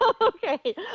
Okay